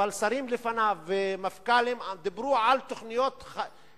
אבל גם שרים ומפכ"לים לפניו דיברו על תוכניות רב-שנתיות.